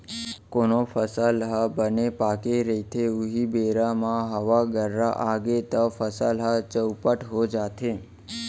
कोनो फसल ह बने पाके रहिथे उहीं बेरा म हवा गर्रा आगे तव फसल ह चउपट हो जाथे